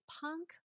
punk